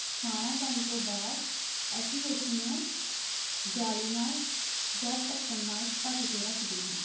ਖਾਣਾ ਬਣਨ ਤੋਂ ਬਾਅਦ ਅਸੀਂ ਉਸਨੂੰ ਜਾਲੀ ਨਾਲ ਜਾ ਢੱਕਣ ਨਾਲ ਢੱਕ ਕੇ ਰੱਖਦੇ ਹਾਂ